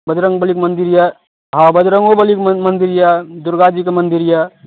बजरङ्गबलीके मन्दिर यऽ हाँ बजरङ्गोबलीके म मन्दिर यऽ दुरगाजीके मन्दिर यऽ